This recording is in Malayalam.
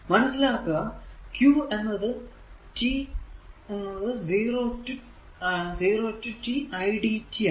മനസ്സിലാക്കുക q എന്നത് t 0 റ്റു idt ആണ്